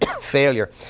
failure